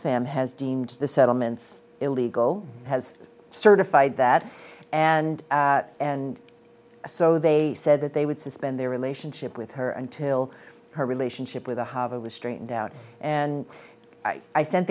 oxfam has deemed the settlements illegal has certified that and and so they said that they would suspend their relationship with her until her relationship with the hobbit was straightened out and i i sent